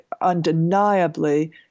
undeniably